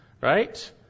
right